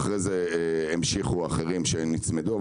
ואחר כך המשיכו האחרים שנצמדו,